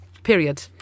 period